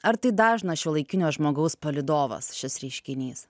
ar tai dažnas šiuolaikinio žmogaus palydovas šis reiškinys